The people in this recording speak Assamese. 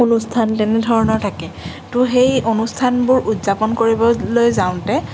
অনুষ্ঠান তেনে ধৰণৰ থাকে তো সেই অনুষ্ঠানবোৰ উদযাপন কৰিবলৈ যাওঁতে